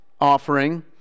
offering